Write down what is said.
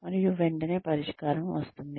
మరియు వెంటనే పరిష్కారం వస్తుంది